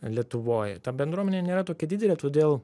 lietuvoj ta bendruomenė nėra tokia didelė todėl